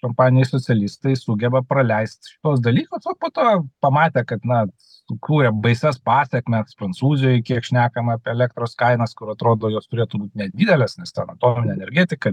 kompanijų specialistai sugeba praleist tuos dalykus o po to pamatę kad na sukūrė baisias pasekmes prancūzijoj kiek šnekama apie elektros kainas kur atrodo jos turėtų būt nedidelės nes ten atominė energetika